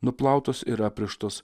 nuplautos ir aprištos